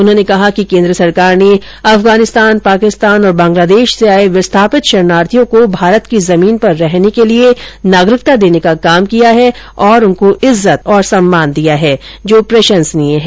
उन्होंने कहा कि केन्द्र सरकार ने अफगानिस्तान पाकिस्तान और बंगलादेश से आये विस्थापित शरणार्थियों को भारत की जमीन पर रहने के लिए नागरिकता देने का कार्य किया है और उनको इज्जत और सम्मान दिया है जो प्रशंसनीय है